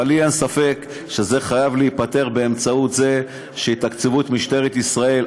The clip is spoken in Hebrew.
אבל לי אין ספק שזה חייב להיפתר באמצעות זה שיתקצבו את משטרת ישראל,